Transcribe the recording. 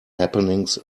happenings